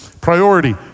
priority